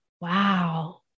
wow